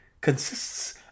consists